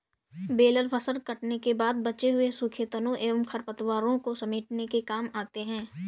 baler फसल कटने के बाद बचे हुए सूखे तनों एवं खरपतवारों को समेटने के काम आते हैं